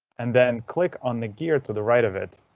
and then click on the gear to the right of it.